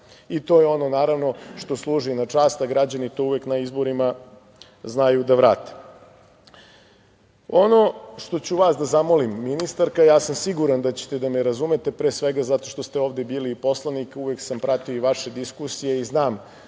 To je ono što služi na čast da građani na izborima uvek znaju da vrate. Ono što ću vas da zamolim, ministarka, a ja sam siguran da ćete da me razumete, pre svega zato što ste ovde bili poslanik, uvek sam pratio vaše diskusije i znam